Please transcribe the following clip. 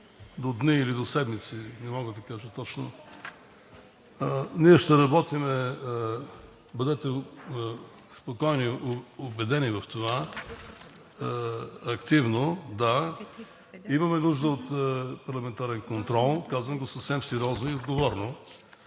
до дни или до седмици, не мога да кажа точно. Ние ще работим – бъдете спокойни и убедени в това, активно, да. Имаме нужда от парламентарен контрол, казвам го съвсем сериозно и отговорно.